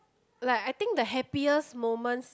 like I think the happiest moments